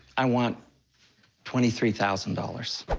i want twenty three thousand dollars.